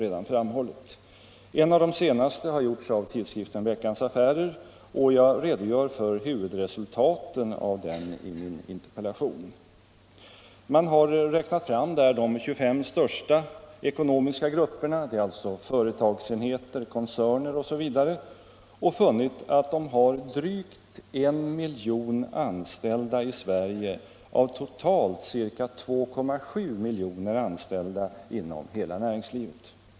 En av de senaste har gjorts av tidskriften Veckans Affärer, och jag redogör för huvudresultaten av den i min interpellation. Man har räknat fram de 25 största ekonomiska grupperna — företagsenheter, koncerner osv. — och funnit att dessa har drygt 1 miljon anställda i Sverige av totalt ca 2,7 miljoner anställda inom hela näringslivet.